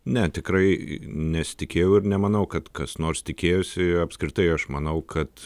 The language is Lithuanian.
ne tikrai nesitikėjau ir nemanau kad kas nors tikėjosi apskritai aš manau kad